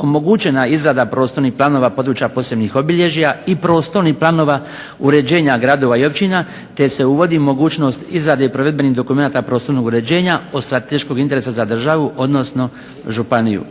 omogućena izrada prostornih planova područja posebnih obilježja i prostornih planova uređenja gradova i općina te se uvodi mogućnost izrade provedbenih dokumenata prostornog uređenja od strateškog interesa za državu, odnosno županiju.